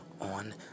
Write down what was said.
on